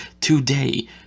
today